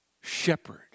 shepherd